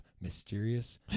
mysterious